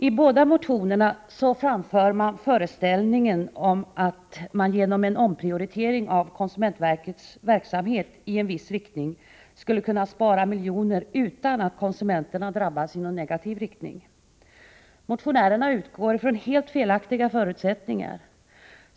I båda motionerna framförs föreställningen om att man genom en omprioritering av konsumentverkets verksamhet i en viss riktning skulle kunna spara miljoner utan att konsumenterna drabbas i någon negativ riktning. Motionärerna utgår från helt felaktiga förutsättningar.